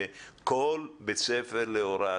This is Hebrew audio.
שכל בית ספר להוראה,